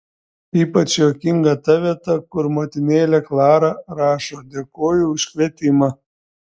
ypač juokinga ta vieta kur motinėlė klara rašo dėkoju už kvietimą